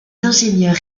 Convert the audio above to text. ingénieurs